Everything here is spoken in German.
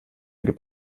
gibt